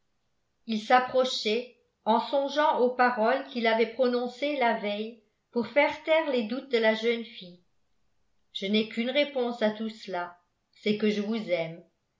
il s'approchait en songeant aux paroles qu'il avait prononcées la veille pour faire taire les doutes de la jeune fille je n'ai qu'une réponse à tout cela c'est que je vous aime